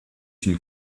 une